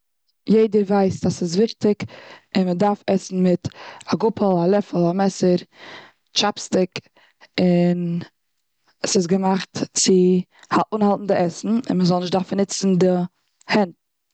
יעדער ווייסט אז ס'איז ווייסט אז ס'איז וויכטיג און מ'דארף עסן מיט א גאפל, א לעפל, א מעסער, טשאפ סטיק, און ס'איז געמאכט צו אנהאלטן די עסן. און מ'זאל נישט דארפן נוצן די הענט.